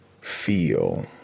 feel